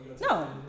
No